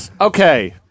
Okay